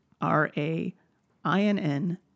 R-A-I-N-N